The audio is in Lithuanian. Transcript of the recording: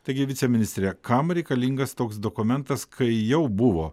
taigi viceministre kam reikalingas toks dokumentas kai jau buvo